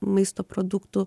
maisto produktų